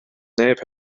neb